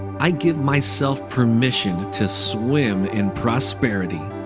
i give myself permission to swim in prosperity.